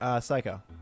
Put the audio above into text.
Psycho